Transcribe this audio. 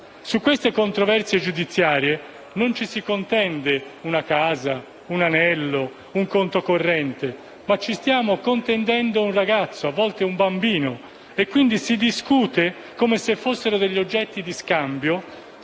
Su queste controversie giudiziarie non ci si contende una casa, un anello, un conto corrente, ma ci si contende un ragazzo, a volte un bambino. Quindi, si discute come se fossero oggetti di scambio,